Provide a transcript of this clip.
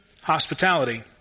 hospitality